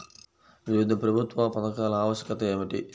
వివిధ ప్రభుత్వా పథకాల ఆవశ్యకత ఏమిటి?